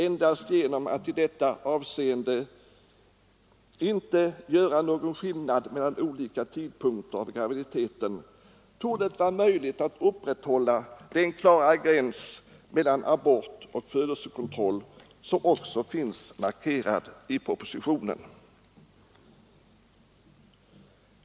Endast genom att i detta avseende inte göra någon skillnad mellan olika tidpunkter av graviditeten torde det vara möjligt att upprätthålla den klara gräns mellan abort och födelsekontroll som också finns markerad i propositionen.